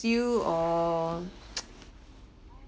you or